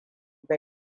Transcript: ba